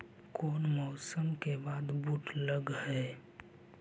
कोन मौसम के बाद बुट लग है?